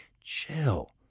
Chill